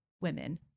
women